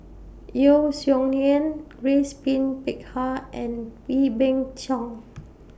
Yeo Song Nian Grace Pin Peck Ha and Wee Beng Chong